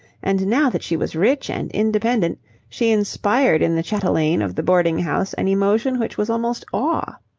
and now that she was rich and independent she inspired in the chatelaine of the boarding-house an emotion which was almost awe.